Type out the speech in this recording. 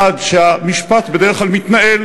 1. שהמשפט בדרך כלל מתנהל